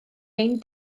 ein